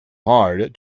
hard